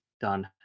Done